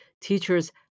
teachers